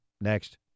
next